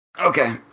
Okay